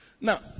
Now